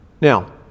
Now